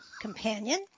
companion